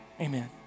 Amen